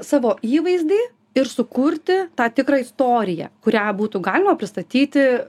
savo įvaizdį ir sukurti tą tikrą istoriją kurią būtų galima pristatyti